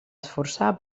esforçar